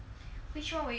which [one] will you give up